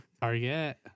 Target